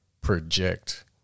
project